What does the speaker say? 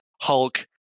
Hulk